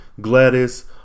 Gladys